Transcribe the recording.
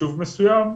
ליישוב מסוים.